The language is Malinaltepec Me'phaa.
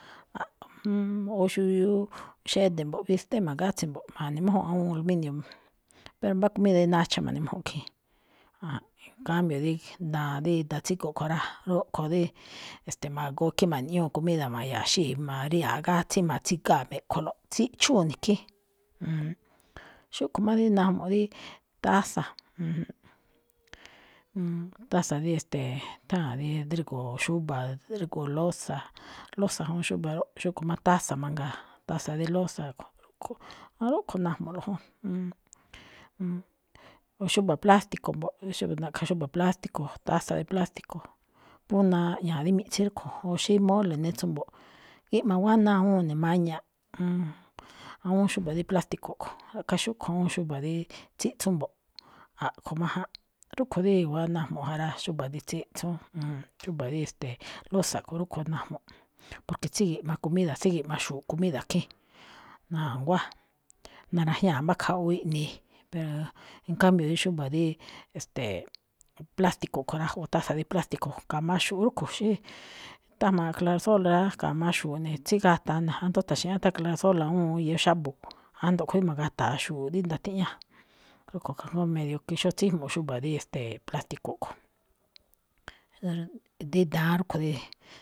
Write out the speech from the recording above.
o xuviuu xe̱de̱ mbo̱ꞌ, bisctec ma̱gátse̱ mbo̱ꞌ, ma̱ne̱mújúnꞌ awúun al inio, pero mbá comida rí nacha̱ ma̱ne̱mújúnꞌ khín. An en cambio daan, dí daan tsígo̱ꞌ kho̱ rá, rúꞌkho̱ dí ma̱goo khín ma̱ni̱ꞌñúu comida, ma̱ya̱xíi̱, ma̱ríya̱aꞌ gátsíí ma̱tsígáa me̱ꞌkholo̱ꞌ. Tsíꞌchúu ne̱ khín. xúꞌkho má dí najmuꞌ dí taza, júnjúnꞌ, taza dí, e̱ste̱e̱, tháa̱n dí drégo̱o̱ xúba̱, drígo̱o̱ loza, loza juun xúba̱ róꞌ, xúꞌkho̱ má taza mangaa, taza de loza kho̱. Rúꞌkho̱ najmu̱lo̱ꞌ jún. o xúba̱ plástico mbo̱ꞌ, rí xúge̱ꞌ na̱ꞌkha̱ xúba̱ plástico, taza de plástico, phú naꞌña̱a̱ dí miꞌtsín rúꞌkho̱, o xí mole̱ꞌ netso mbo̱ꞌ gíꞌmá guáná awúun ne̱ maña̱ꞌ, ann, awúun xúba̱ dí plástico̱ kho̱, ra̱ꞌkhá xúꞌkho̱ awúun xúba̱ díí tsíꞌtsún mbo̱ꞌ, a̱ꞌkho̱ májánꞌ. Rúꞌkho̱ rí i̱wa̱á najmuꞌ ja rá, xúba̱ rí tsíꞌtsún, mm, xúba̱ rí, e̱ste̱e̱, loza kho̱ ruꞌkho̱ najmuꞌ, porque tsígi̱ꞌma comida, tsígi̱ꞌma xu̱u̱ꞌ comida khín, na̱nguá. Narajñáa mbá khaꞌwu iꞌni̱i, pero en cambio rí xúba̱ rí, e̱ste̱e̱, plástico kho̱ rá júꞌ, taza dí plástico. Ka̱ma xu̱u̱ rúꞌkho̱ xí thájmaaꞌ clarasol rá, ka̱ma xu̱u̱ꞌ ne̱, tsígata̱a ne, táta̱xi̱ꞌñá thán clarasol awúun iyoo xábo̱ kho̱, ándo kho̱ rí ma̱gata̱a xu̱u̱ꞌ dí ndatiñáꞌ, rúꞌkho̱ kajngó medio que xóo tsíjmuꞌ xúba rí plástico kho̱. Dí daan, rúꞌkho̱ díi.